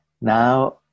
Now